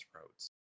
roads